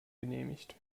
genehmigt